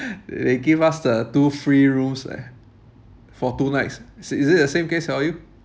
they give us the two free rooms leh for two nights is it the same case for you